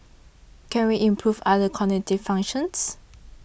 can we improve other cognitive functions